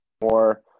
more